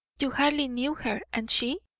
you hardly knew her. and she?